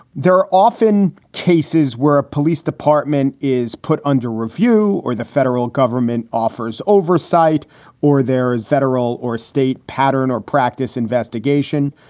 there are often cases where a police department is put under review or the federal government government offers oversight or there is federal or state pattern or practice investigation.